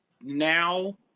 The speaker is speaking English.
now